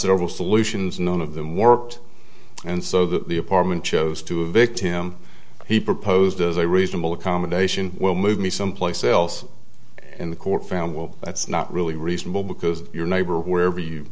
several solutions none of them worked and so the apartment chose to evict him he proposed as a reasonable accommodation will move me someplace else in the court found well that's not really reasonable because your neighbor wherever you